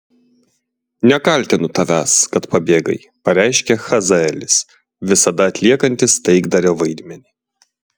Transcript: nekaltinu tavęs kad pabėgai pareiškė hazaelis visada atliekantis taikdario vaidmenį